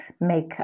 make